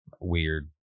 Weird